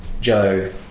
Joe